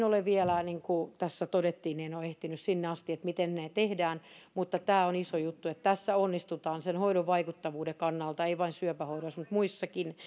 ole vielä niin kuin tässä todettiin ehtinyt sinne asti miten ne tehdään mutta tämä on iso juttu että tässä onnistutaan sen hoidon vaikuttavuuden kannalta ei vain syöpähoidoissa vaan muissakin